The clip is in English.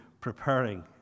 preparing